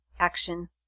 action